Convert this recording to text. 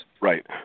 right